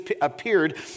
appeared